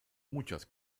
muchas